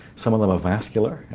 some of them are vascular,